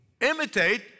Imitate